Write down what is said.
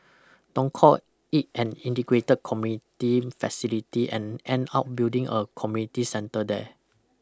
don't call it an integrated community facility and end up building a community centre there